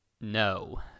no